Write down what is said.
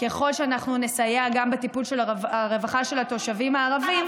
וככל שאנחנו נסייע גם בטיפול של הרווחה של התושבים הערבים,